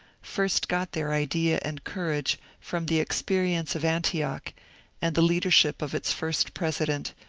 first got their idea and courage from the experience of antioch and the leadership of its first president,